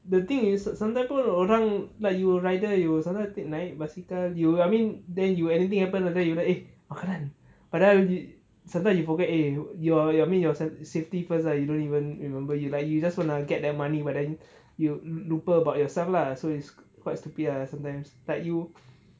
the thing is sometime pun orang like you rider you will sometimes take naik basikal you I mean then you anything happen like then eh guai lan padahal sometimes you forget eh your your means your safety first lah you don't even remember you like you just wanna get that money but then you lupa about yourself lah so it's quite stupid ah sometimes like you